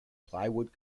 plywood